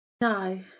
no